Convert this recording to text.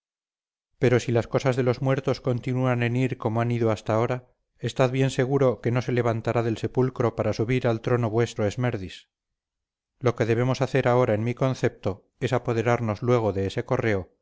pero si las cosas de los muertos continúan en ir como han ido hasta ahora estad bien seguro que no se levantará del sepulcro para subir al trono vuestro esmerdis lo que debemos hacer ahora en mi concepto es apoderarnos luego de ese correo